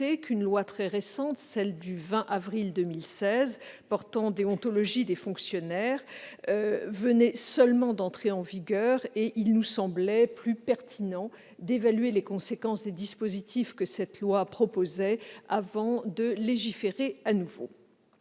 qu'une loi très récente, celle du 20 avril 2016 relative à la déontologie des fonctionnaires, venait seulement d'entrer en vigueur et qu'il nous semblait plus pertinent d'évaluer les conséquences des dispositifs que cette loi proposait avant de légiférer à nouveau.